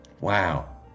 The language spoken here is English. wow